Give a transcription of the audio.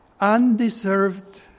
undeserved